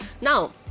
Now